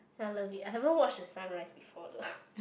I love it I haven't watch the sunrise before though